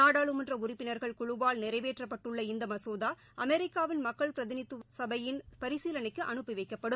நாடாளுமன்றஉறுப்பினா்கள் குழுவால் நிறைவேற்றப்பட்டுள்ள இந்தமசோதாஅமெரிக்காவின் மக்கள் பிரதிநிதித்துவசவையின் பரிசீலனைக்குஅனுப்பிவைக்கப்படும்